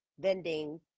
vending